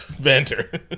Banter